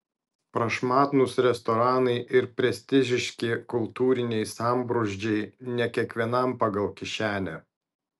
prašmatnūs restoranai ir prestižiški kultūriniai sambrūzdžiai ne kiekvienam pagal kišenę